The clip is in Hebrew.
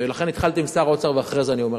ולכן, אמרתי: אני,